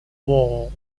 war